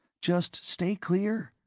just stay clear?